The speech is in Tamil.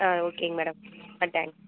ஆ ஓகேங்க மேடம் ரொம்ப தேங்க்ஸ்